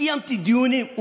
קיימתי דיונים.